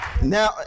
Now